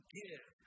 give